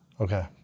Okay